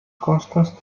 costes